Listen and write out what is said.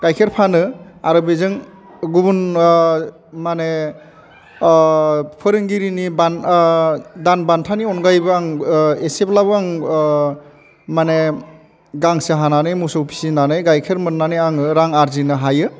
गाइखेर फानो आरो बेजों गुबुन मा होनो फोरोंगिरिनि दान बान्थानि अनगायैबो आं एसेब्लाबो आं माने गांसो हानानै मोसौ फिनानै गाइखेर मोननानै आङो रां आरजिनो हायो